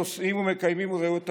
נוסעים ומקיימים אירועי תרבות.